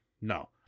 No